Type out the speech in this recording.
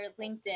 LinkedIn